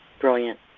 brilliant